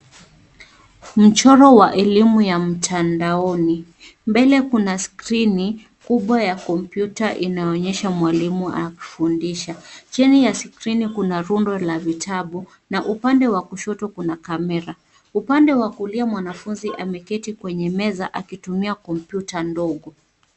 Mchoro wa elimu ya mtandaoni. Mbele kuna skrini kubwa ya kompyuta inaonyesha mwalimu akufundisha. Chini ya skrini kuna rundo la vitabu na upande wa kushoto kuna kamera. Upande wa kulia mwanafunzi ameketi kwenye meza akitumia kompyuta ndogo.